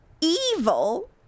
Evil